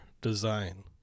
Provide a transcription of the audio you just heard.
design